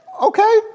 Okay